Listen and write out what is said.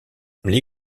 les